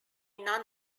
non